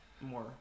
more